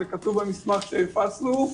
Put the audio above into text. זה כתוב במסמך שהפצנו.